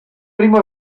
primo